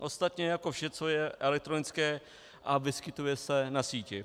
Ostatně jako vše, co je elektronické a vyskytuje se na síti.